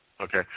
Okay